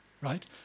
right